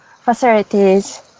facilities